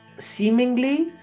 seemingly